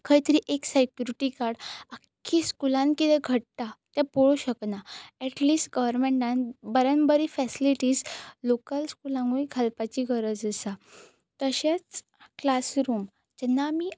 खंय तरी एक सॅक्युरिटी गार्ड आख्खी स्कुलान कितें घडटा तें पळोवं शकना ऍटलिस्ट गवर्मेंटान बऱ्यांत बरी फॅसिलिटीझ लोकल स्कुलाकूय घालपाची गरज आसा तशेंच क्लासरूम जेन्ना आमी